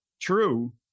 true